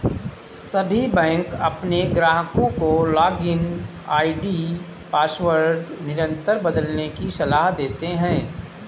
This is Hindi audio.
सभी बैंक अपने ग्राहकों को लॉगिन आई.डी पासवर्ड निरंतर बदलने की सलाह देते हैं